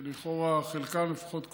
שלכאורה חלקם לפחות כוזבים,